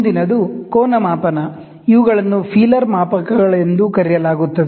ಮುಂದಿನದು ಆಂಗಲ್ ಮಾಪನ ಇವುಗಳನ್ನು ಫೀಲರ್ ಮಾಪಕಗಳು ಎಂದು ಕರೆಯಲಾಗುತ್ತದೆ